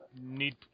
need